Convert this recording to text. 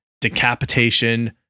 decapitation